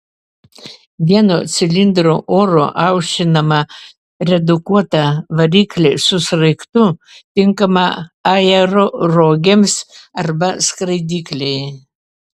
vieno cilindro oru aušinamą redukuotą variklį su sraigtu tinkamą aerorogėms arba skraidyklei